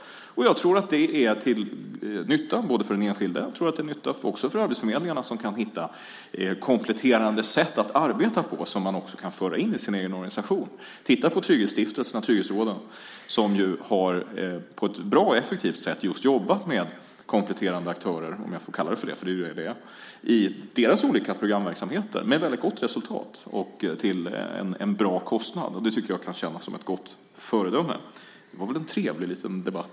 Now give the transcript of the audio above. Jag tror att det är till nytta både för den enskilde och för arbetsförmedlingarna som kan hitta kompletterande sätt att arbeta på som man också kan föra in i sin egen organisation. Titta på Trygghetsstiftelsen och Trygghetsrådet som på ett bra och effektivt sätt jobbat med kompletterande aktörer i sina olika programverksamheter med ett väldigt gott resultat och till en bra kostnad. Det tycker jag kan kännas som ett gott föredöme. Det här blev väl en trevlig liten debatt!